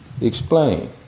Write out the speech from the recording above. Explain